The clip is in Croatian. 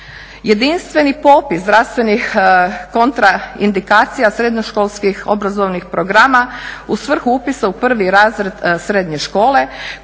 jedinstveni popis zdravstvenih kontraindikacija srednjoškolskih obrazovnih programa u svrhu upisa u prvi razred srednje škole